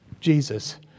Jesus